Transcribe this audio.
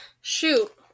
Shoot